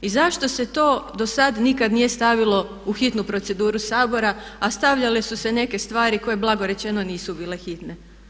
I zašto se to dosad nikad nije stavilo u hitnu proceduru Sabora, a stavljale su se neke stvari koje blago rečeno nisu bile hitne?